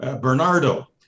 Bernardo